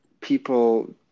people